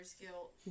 guilt